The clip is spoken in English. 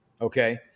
Okay